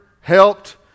helped